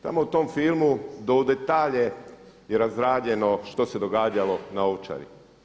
Tamo u tom filmu do u detalje je razrađeno što se događalo na Ovčari.